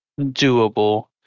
doable